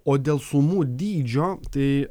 o dėl sumų dydžio tai